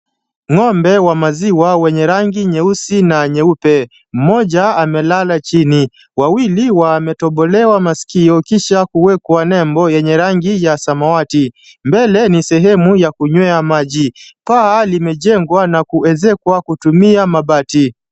Ng’ombe wa maziwa wenye rangi nyeusi na nyeupe, mmoja amelala chini na wawili wametobolewa maskio kisha kuekwa nembo yenye rangi ya samawati. Mbele ni sehemu ya kunywea maji. Paa limejengwa na kuezekwa kutumia mabati.